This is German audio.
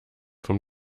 vom